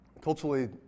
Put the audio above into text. culturally